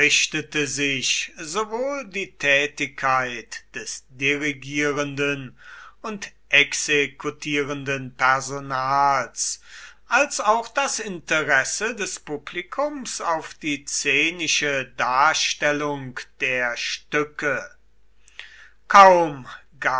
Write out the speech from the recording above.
sich sowohl die tätigkeit des dirigierenden und exekutierenden personals als auch das interesse des publikums auf die szenische darstellung der stücke kaum